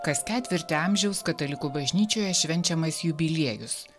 kas ketvirtį amžiaus katalikų bažnyčioje švenčiamas jubiliejus